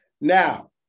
Now